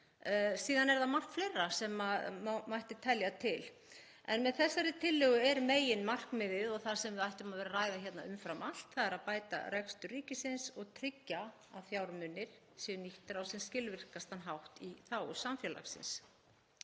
tilefni til. Margt fleira mætti telja til en með þessari tillögu er meginmarkmiðið, og það sem við ættum að vera að ræða hér umfram allt, að bæta rekstur ríkisins og tryggja að fjármunir séu nýttir á sem skilvirkastan hátt í þágu samfélagsins.